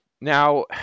Now